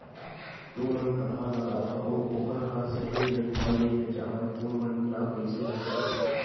तू मन परहा लगाथव अउ ओखर हा सही रेट मा नई बेचवाए तू मन ला कइसे लगथे?